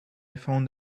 found